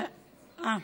לא.